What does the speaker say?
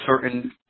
certain